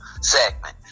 segment